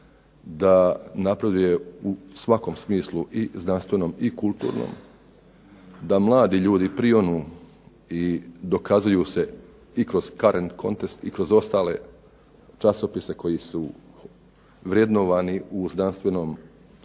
da napreduje u svakom smislu i znanstvenom i kulturnom, da mladi ljudi prionu i dokazuju se i kroz .../Govornik se ne razumije./... i kroz ostale časopise koji su vrednovani u znanstvenom